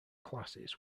classes